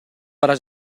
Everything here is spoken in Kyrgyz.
бара